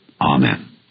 Amen